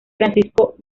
francisco